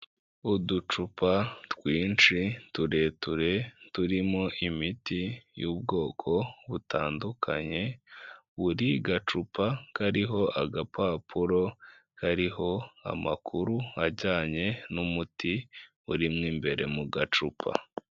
Uducupa twinshi tureture turimo imiti y'ubwoko butandukanye, buri gacupa kariho agapapuro kariho amakuru ajyanye n'umuti urimo imbere mu gacupa.